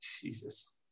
Jesus